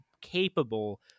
capable